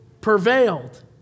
prevailed